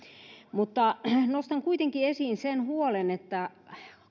nostan kuitenkin esiin sen huolen että